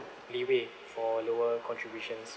leeway for lower contributions